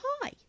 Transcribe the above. hi